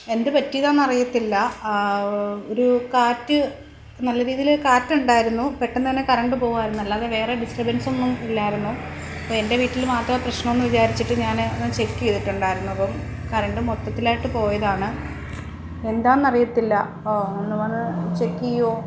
എന്ത് പറ്റിയതാണെന്ന് അറിയത്തില്ല ഒരു കാറ്റ് നല്ല രീതിയിൽ കാറ്റുണ്ടായിരുന്നു പെട്ടെന്ന് തന്നെ കറണ്ട് പോവായിരുന്നല്ലോ അത് വേറെ ഡിസ്റ്റർബൻസൊന്നും ഇല്ലായിരുന്നു അപ്പം എൻ്റെ വീട്ടിൽ മാത്രം പ്രശ്നം എന്ന് വിചാരിച്ചിട്ട് ഞാൻ എന്ന് ചെക്ക് ചെയ്തിട്ടുണ്ടായിരുന്നു അപ്പം കറണ്ട് മൊത്തത്തിലായിട്ട് പോയതാണ് എന്താണെന്ന് അറിയത്തില്ല ഓ ഒന്ന് വന്ന് ചെക്ക് ചെയ്യുമോ